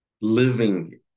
living